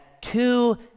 two